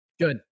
good